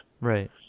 Right